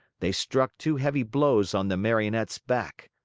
they struck two heavy blows on the marionette's back.